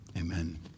Amen